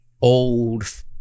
old